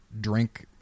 drink